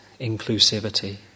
inclusivity